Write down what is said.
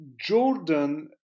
Jordan